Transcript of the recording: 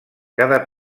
cada